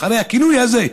אחרי הכינוי הזה,